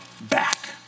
back